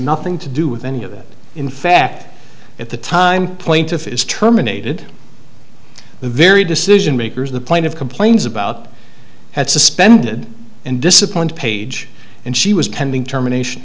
nothing to do with any of it in fact at the time plaintiff is terminated the very decision makers the plaintiffs complains about had suspended and disciplined page and she was pending termination